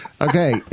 Okay